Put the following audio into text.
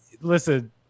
Listen